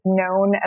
known